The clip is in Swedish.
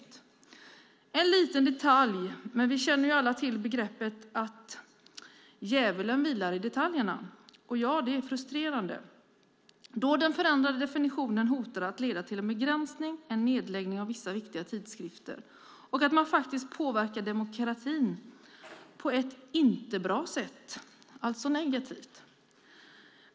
Det är en liten detalj, men vi känner alla till uttrycket djävulen vilar i detaljerna. Ja, det är frustrerande när den förändrade definitionen hotar att leda till en begränsning och nedläggning av vissa viktiga tidskrifter och att demokratin påverkas på ett inte bra sätt, alltså negativt.